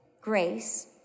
grace